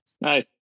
Nice